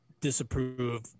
disapprove